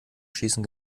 schießen